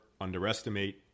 underestimate